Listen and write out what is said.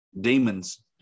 demons